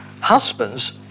Husbands